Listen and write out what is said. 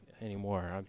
anymore